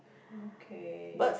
okay